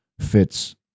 fits